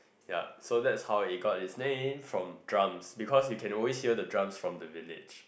yup so it's how it got it's name from drums because you can always hear the drums from the village